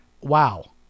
wow